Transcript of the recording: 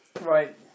Right